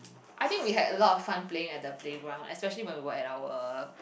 I think we had a lot of fun playing at the playground especially when we're at our